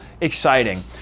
exciting